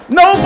no